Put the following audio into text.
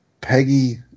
Peggy